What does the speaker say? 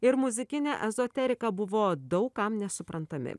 ir muzikinė ezoterika buvo daug kam nesuprantami